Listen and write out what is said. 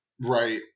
Right